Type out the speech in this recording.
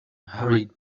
hurried